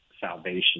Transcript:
salvation